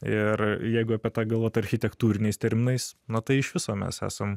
ir jeigu apie tą galvot architektūriniais terminais na tai iš viso mes esam